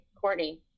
Courtney